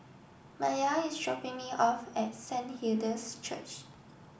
Mya is dropping me off at Saint Hilda's Church